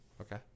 Okay